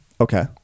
Okay